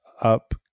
up